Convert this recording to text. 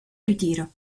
ritiro